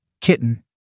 Kitten